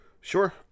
Sure